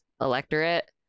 electorate